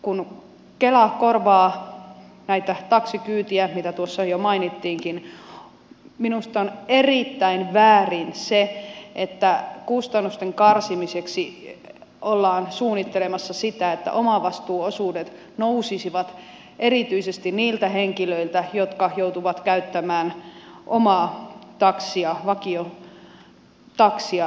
kun kela korvaa näitä taksikyytejä mitä tuossa jo mainittiinkin minusta on erittäin väärin se että kustannusten karsimiseksi ollaan suunnittelemassa sitä että omavastuuosuudet nousisivat erityisesti niiltä henkilöiltä jotka joutuvat käyttämään omaa taksia vakiotaksia